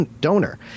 donor